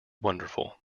wonderful